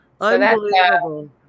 Unbelievable